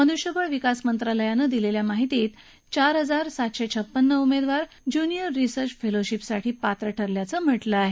मनुष्यबळ विकास मंत्रालयानं दिलेल्या माहितीत एकूण चार हजार सातशे छपन्न उमेदवार ज्यूनिअर रिसर्च फेलोशिपसाठी पात्र ठरल्याचं म्हटलं आहे